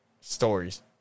stories